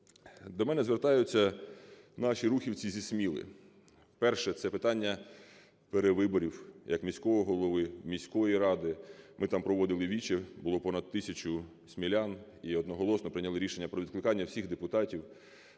До мене звертаються наші рухівці зі Сміли. Перше – це питання перевиборів як міського голови, міської ради. Ми там проводили віче, було понад тисячу смілян, і одноголосно прийняли рішення про відкликання всіх депутатів.